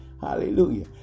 Hallelujah